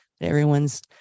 everyone's